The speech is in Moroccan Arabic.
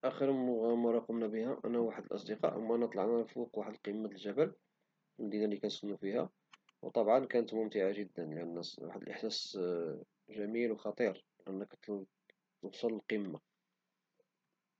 آخر مغامرة قمنا بها أنا والأصدقاء ديالي هو أنه طلعنا فوق واحد القمة د الجبل في المدينة لي كنسكنو فيها وطبعا كانت ممتعة جدا ، وواحد الإحساس جميل وخطير أنك توصل القمة